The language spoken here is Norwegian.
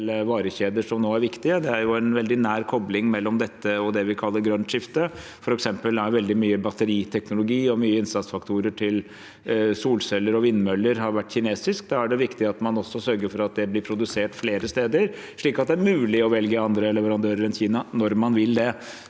Det er en veldig nær kobling mellom dette og det vi kaller det grønne skiftet. For eksempel har veldig mye batteriteknologi og innsatsfaktorer til solceller og vindmøller vært kinesisk. Da er det viktig at man også sørger for at det blir produsert flere steder, slik at det er mulig å velge andre leverandører enn Kina, når man vil det.